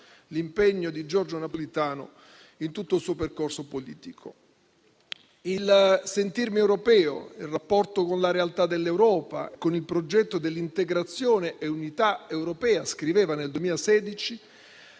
l'impegno di Giorgio Napolitano in tutto il suo percorso politico: il sentirmi europeo, il rapporto con la realtà dell'Europa e con il progetto dell'integrazione e unità europea - scriveva nel 2016